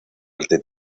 arte